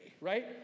Right